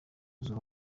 z’ubu